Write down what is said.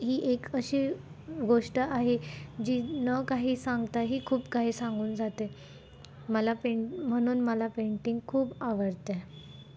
ही एक अशी गोष्ट आहे जी न काही सांगता ही खूप काही सांगून जाते मला पें म्हणून मला पेंटिंग खूप आवडते